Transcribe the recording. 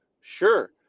Sure